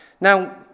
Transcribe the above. Now